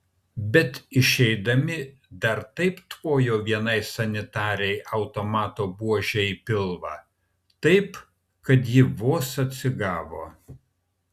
bet išeidami dar taip tvojo vienai sanitarei automato buože į pilvą taip kad ji vos atsigavo